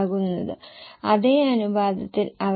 12 ഉം ബാധകമാണ്